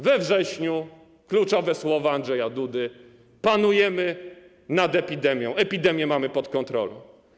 We wrześniu kluczowe słowa Andrzeja Dudy: panujemy nad epidemią, epidemię mamy pod kontrolą.